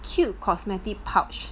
cute cosmetic pouch